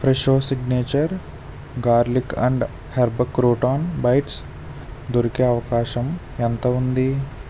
Fresho signature garlic and herb crouton bites దొరికే అవకాశం ఎంత ఉంది